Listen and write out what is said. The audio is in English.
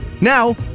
Now